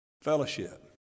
fellowship